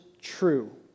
true